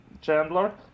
Chandler